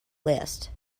list